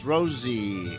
Rosie